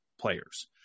players